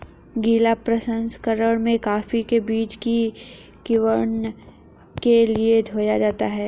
गीला प्रसंकरण में कॉफी के बीज को किण्वन के लिए धोया जाता है